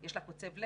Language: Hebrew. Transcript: שיש לה קוצב לא